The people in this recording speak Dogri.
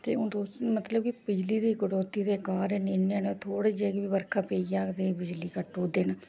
ते हून तुस मतलब कि बिजली दी कटौती दे कारण इन्ने न थोह्ड़े जेही बी बरखा पेई जाह्ग ते बिजली कट्टु ओड़दे न